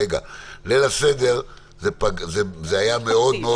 ליל הסדר זה היה מאוד,